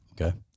Okay